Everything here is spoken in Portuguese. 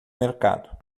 mercado